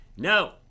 No